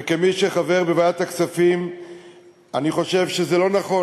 וכמי שחבר בוועדת הכספים אני חושב שזה לא נכון,